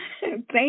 thank